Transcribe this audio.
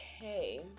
okay